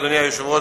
אדוני היושב-ראש,